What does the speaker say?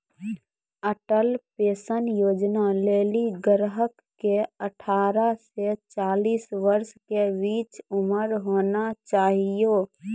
Atal pension Yojana लेली ग्राहक के अठारह से चालीस वर्ष के बीचो उमर होना चाहियो